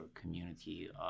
community